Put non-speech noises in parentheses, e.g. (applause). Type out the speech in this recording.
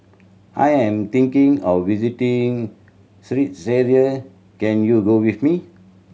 I am thinking of visiting (unintelligible) Czechia can you go with me